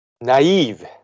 naive